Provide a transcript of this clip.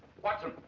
watson!